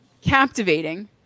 captivating